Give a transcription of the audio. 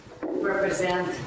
represent